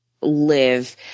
live